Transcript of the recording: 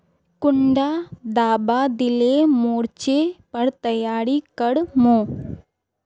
कुंडा दाबा दिले मोर्चे पर तैयारी कर मो?